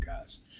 guys